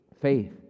Faith